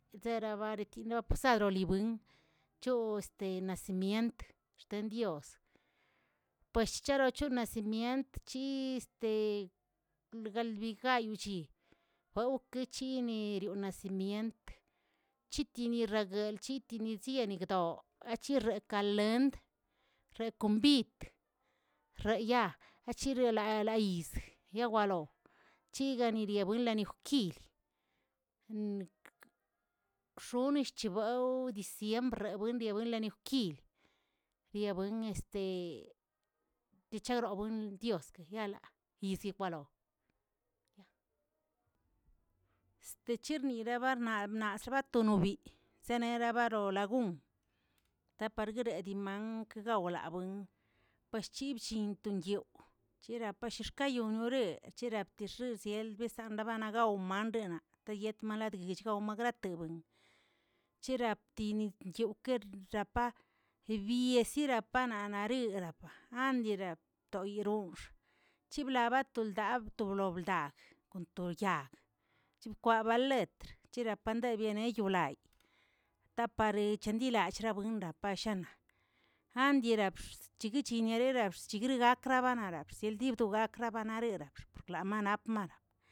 Terabakini posad libuin, chooꞌ este nacimient ten dios, pues choracho nacmient chi galbigayi beokechinii grionacimient, chitini reguelə tinichianigdoꞌo achirrekalend, rekombit, reyaa chiriolalayiztg yewaro, chirianiyinwanaojukilə ronichchibaw diciembr wendiani wenlonijukilə, riabuen este kicharabuen ldiaꞌ esque yala yizi kwalo, este chirni barnaa naa sbatonobi zenerabarolagun rpaguedriman wonklagabuin, pachchibllinto yewə, yerapaxxkayoo nore che raptixisiel emsambda bana gao arena yetmaladichggaw grateweꞌn, chiraptiniyowꞌ kerrapa biesirapanaꞌ nareꞌe rapa andirap oyerobx chiblabatol abtonolbdaa kon toyag chkwabalet chirapandemiayereyolat tapare chirlacheꞌ winrapa shana, andierabx chikichinareraꞌ schigrigrakaraꞌ ararxbs shieldibgrarak areraxop lamalaplomala.